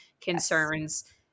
concerns